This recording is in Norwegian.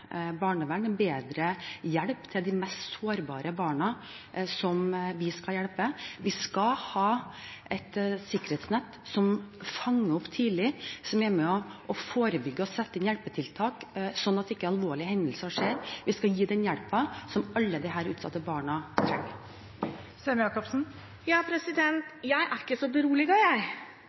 barnevern, bedre hjelp til de mest sårbare barna, som vi skal hjelpe. Vi skal ha et sikkerhetsnett som fanger opp tidlig, som er med på å forebygge og sette inn hjelpetiltak, slik at alvorlige hendelser ikke skjer. Vi skal gi den hjelpen som alle disse utsatte barna trenger. Jeg er ikke så beroliget, jeg.